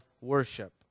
worship